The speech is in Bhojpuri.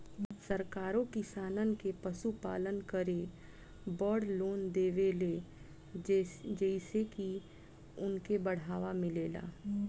सरकारो किसानन के पशुपालन करे बड़ लोन देवेले जेइसे की उनके बढ़ावा मिलेला